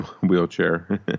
wheelchair